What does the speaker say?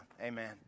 Amen